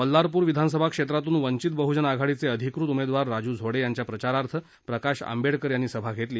बल्लारपूर विधानसभा क्षेत्रातून वंचित बहुजन आघाडीचे अधिकृत उमेदवार राजू झोडे यांच्या प्रचारार्थ प्रकाश आंबेडकर यांनी सभा घेतली